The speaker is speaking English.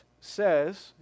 says